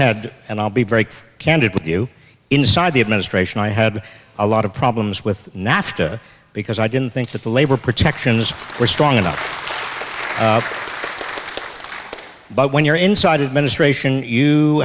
had and i'll be very candid with you inside the administration i had a lot of problems with nafta because i didn't think that the labor protections were strong enough but when you're inside of ministration you